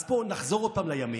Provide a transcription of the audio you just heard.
אז פה נחזור עוד פעם לימין.